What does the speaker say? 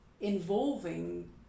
involving